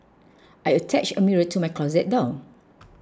I attached a mirror to my closet door